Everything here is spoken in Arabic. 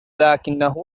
لكنه